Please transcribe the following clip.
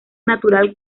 natural